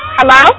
Hello